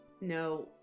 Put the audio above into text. no